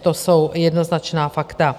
To jsou jednoznačná fakta.